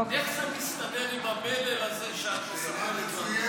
איך זה מסתדר עם המלל הזה שאת מספרת כבר,